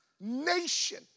nation